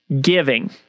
giving